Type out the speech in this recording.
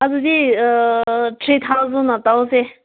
ꯑꯗꯨꯗꯤ three thousand ꯑꯣꯏꯅ ꯇꯧꯁꯦ